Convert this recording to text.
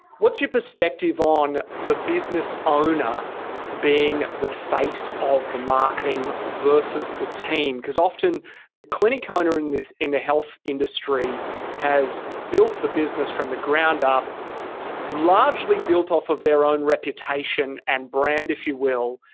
what's your perspective on the business owner being the face of the marketing versus the team? because often the clinic owner in this in the health industry has built the business from the ground up largely built off of their own reputation and brand, if you will,